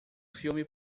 filme